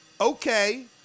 Okay